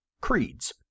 creeds